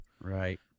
right